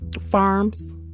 farms